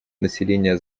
население